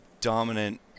dominant